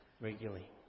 regularly